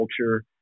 culture